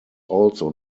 also